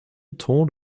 told